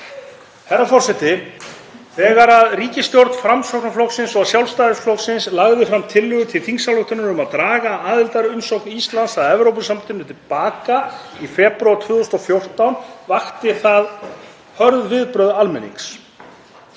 nr. 1/137. Þegar ríkisstjórn Framsóknarflokksins og Sjálfstæðisflokksins lagði fram tillögu til þingsályktunar um að draga aðildarumsókn Íslands að Evrópusambandinu til baka í febrúar 2014 vakti það hörð viðbrögð almennings.